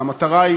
והמטרה היא